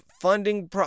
funding